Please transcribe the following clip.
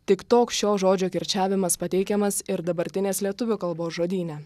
tik toks šio žodžio kirčiavimas pateikiamas ir dabartinės lietuvių kalbos žodyne